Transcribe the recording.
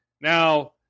Now